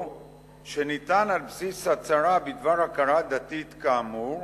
שניתן על בסיס הצהרה בדבר הכרה דתית כאמור,